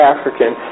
African